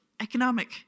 economic